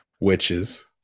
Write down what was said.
Witches